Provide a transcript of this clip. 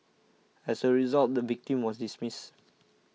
as a result the victim was dismissed